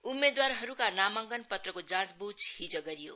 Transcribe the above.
उम्मेदवारहरूको नामाङनकन पत्रको जाँचब्झ हिज गरियो